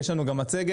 יש לנו גם מצגת.